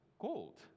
Gold